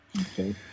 okay